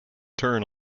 turn